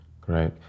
Great